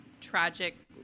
tragic